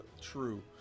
true